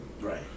right